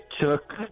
took